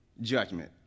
judgment